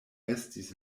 estis